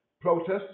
Protests